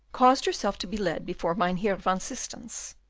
caused herself to be led before mynheer van systens,